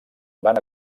van